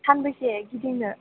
सानबैसे गिदिंनो